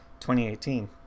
2018